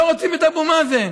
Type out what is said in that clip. לא רוצים את אבו מאזן.